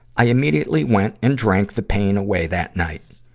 i immediately went and drank the pain away that night.